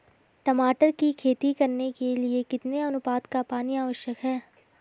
टमाटर की खेती करने के लिए कितने अनुपात का पानी आवश्यक है?